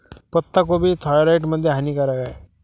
पत्ताकोबी थायरॉईड मध्ये हानिकारक आहे